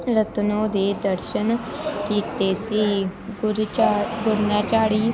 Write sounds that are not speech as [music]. ਰਤਨੋ ਦੇ ਦਰਸ਼ਨ ਕੀਤੇ ਸੀ ਕੁਝ ਝਾ [unintelligible] ਝਾੜੀ